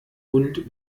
und